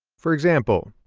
for example,